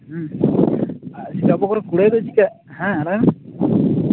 ᱠᱩᱲᱟᱹᱭ ᱫᱚ ᱪᱤᱠᱟᱹᱜ ᱦᱮᱸ ᱞᱟᱹᱭ ᱢᱮ